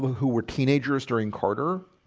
who were teenagers during carter?